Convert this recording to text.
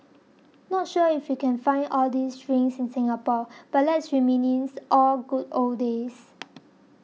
not sure if you can find all these drinks in Singapore but let's reminisce all good old days